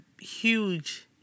huge